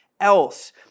else